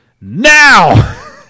now